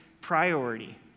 priority